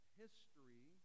history